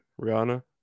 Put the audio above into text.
Rihanna